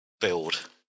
build